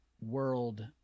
world